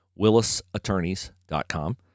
willisattorneys.com